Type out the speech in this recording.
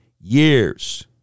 years